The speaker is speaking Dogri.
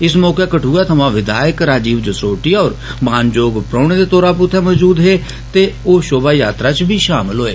इस मौके कदुआ थमां विधायक राजीव जसरोटिया होर मान जोग परौहने दे तौरा पर उत्थें मौजूद हे ते ओ षोभा यात्रा च बी षामल होए